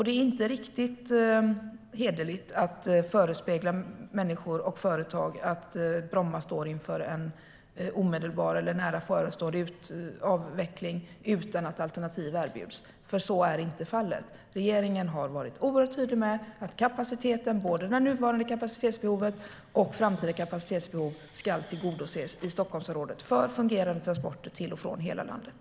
Det är inte riktigt hederligt att förespegla människor och företag att Bromma står inför omedelbar eller nära förestående avveckling utan att alternativ erbjuds. Så är inte fallet. Regeringen har varit oerhört tydlig med att kapaciteten, både det nuvarande kapacitetsbehovet och framtida kapacitetsbehov, ska tillgodoses i Stockholmsområdet för fungerande transporter till och från hela landet.